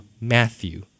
Matthew